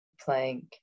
plank